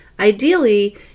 Ideally